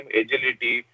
agility